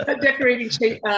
decorating